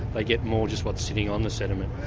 they get more just what's sitting on the sediment,